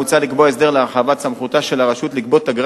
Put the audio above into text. מוצע לקבוע הסדר להרחבת סמכותה של הרשות לגבות אגרה